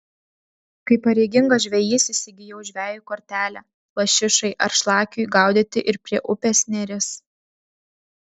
kaip pareigingas žvejys įsigijau žvejui kortelę lašišai ar šlakiui gaudyti ir prie upės neris